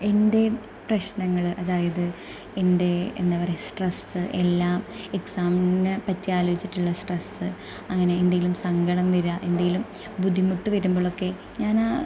എൻറെ പ്രശ്നങ്ങൾ അതായത് എന്റെ എന്താ പറയുക സ്ട്രെസ് എല്ലാം എക്സാമിനെ പറ്റി ആലോചിച്ചിട്ടുള്ള സ്ട്രെസ് അങ്ങനെ എന്തെങ്കിലും സങ്കടം വരിക എന്തെങ്കിലും ബുദ്ധിമുട്ട് വരുമ്പോളൊക്കെ ഞാനാ